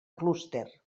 clúster